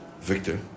Victor